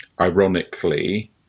ironically